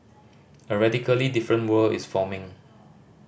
a radically different world is forming